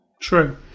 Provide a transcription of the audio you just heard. true